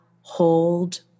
hold